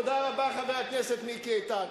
תודה רבה, חבר הכנסת מיקי איתן.